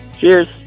Cheers